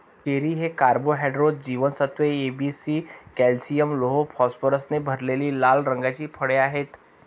cherry ही carbohydrates, जीवनसत्त्वे A, B, C, calcium, लोह, फॉस्फरसने भरलेली लाल रंगाची फळे आहेत